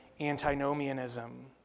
antinomianism